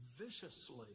viciously